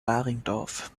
baringdorf